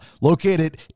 located